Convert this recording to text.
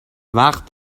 وقت